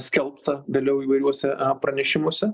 skelbta vėliau įvairiuose pranešimuose